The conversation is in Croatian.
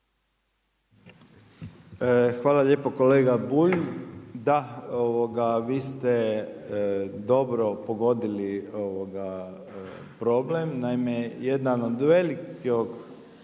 Hvala lijepo kolega Bulj. Da, vi ste dobro pogodili problem. Naime, jedan od velikog